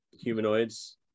humanoids